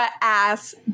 ass